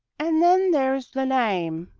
and then there's the name.